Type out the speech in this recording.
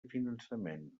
finançament